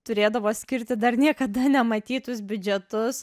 turėdavo skirti dar niekada nematytus biudžetus